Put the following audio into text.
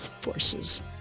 forces